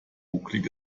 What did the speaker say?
bucklig